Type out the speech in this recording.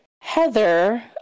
Heather